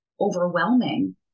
overwhelming